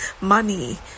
money